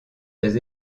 des